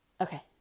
Okay